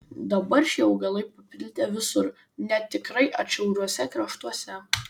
dabar šie augalai paplitę visur net tikrai atšiauriuose kraštuose